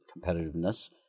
competitiveness